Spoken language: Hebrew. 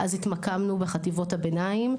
אז התמקמנו בחטיבות הביניים.